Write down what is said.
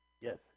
Yes